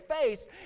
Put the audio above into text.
face